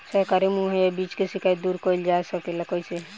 सरकारी मुहैया बीज के शिकायत दूर कईल जाला कईसे?